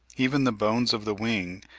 even the bones of the wing,